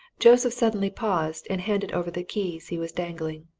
joseph suddenly paused and handed over the keys he was dangling.